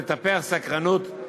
לטפח סקרנות,